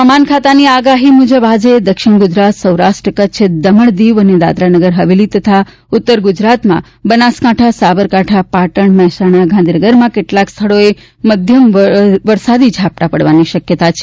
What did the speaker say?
હવામાન ખાતાની આગાહી મુજબ આજે દક્ષિણ ગુજરાત સૌરાષ્ટ્ર કચ્છ દમણ દીવ અને દાદરાનગર હવેલી તથા ઉત્તર ગુજરાતમાં બનાસકાંઠા સાબરકાંઠા પાટણ મહેસાણા ગાંધીનગરમાં કેટલાંક સ્થળોએ મધ્યમ વરસાદી ઝાપટાં પડવાની શક્યતા છે